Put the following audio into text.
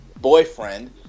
boyfriend